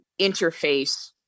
interface